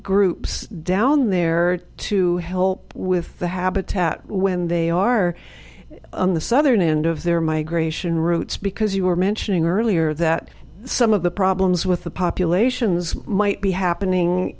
groups down there to help with the habitat when they are on the southern end of their migration routes because you were mentioning earlier that some of the problems with the populations might be happening